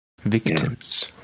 Victims